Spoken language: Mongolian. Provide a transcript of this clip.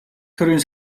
төрийн